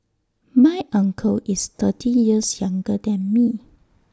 my uncle is thirty years younger than me